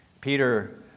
Peter